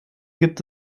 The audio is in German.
gibt